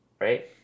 right